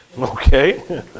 okay